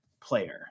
player